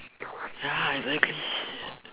ya exactly